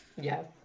Yes